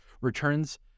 returns